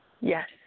Yes